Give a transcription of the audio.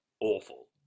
awful